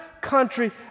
country